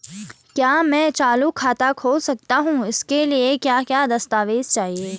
क्या मैं चालू खाता खोल सकता हूँ इसके लिए क्या क्या दस्तावेज़ चाहिए?